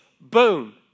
boom